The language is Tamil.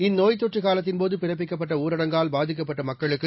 இந்நோய்த் தொற்று காலத்தின்போது பிறப்பிக்கப்பட்ட ஊரடங்கால் பாதிக்கப்பட்ட மக்களுக்கு